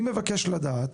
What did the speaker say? אני מבקש לדעת,